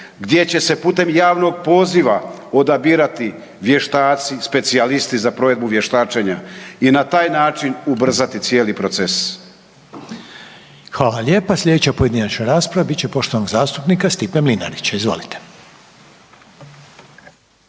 gdje će se putem javnog poziva odabirati vještaci, specijalisti za provedbu vještačenja i na taj način ubrzati cijeli proces. **Reiner, Željko (HDZ)** Hvala lijepa. Sljedeća pojedinačna rasprava bit će poštovanog zastupnika Stipe Mlinarića. Izvolite.